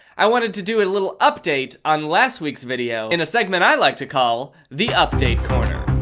i wanted to do a little update on last week's video in a segment i like to call the update corner.